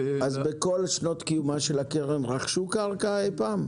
בכל שנות קיומה של הקרן רכשו קרקע אי פעם?